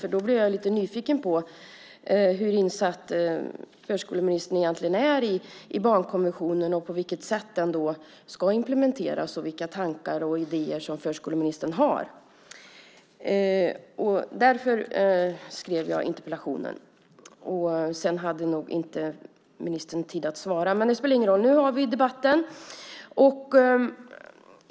Jag blev lite nyfiken på hur insatt förskoleministern egentligen är i barnkonventionen och på vilket sätt den ska implementeras och vilka tankar och idéer förskoleministern har. Därför skrev jag interpellationen. Sedan hade nog inte ministern tid att svara. Det spelar ingen roll. Nu har vi debatten.